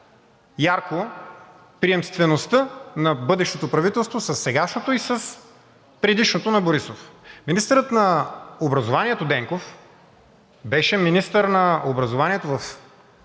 най-ярко приемствеността на бъдещото правителство със сегашното и с предишното на Борисов. Министърът на образованието Денков беше министър на образованието в